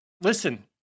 Listen